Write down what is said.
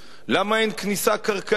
למה אין כניסה קרקעית?